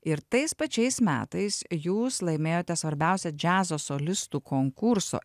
ir tais pačiais metais jūs laimėjote svarbiausią džiazo solistų konkurso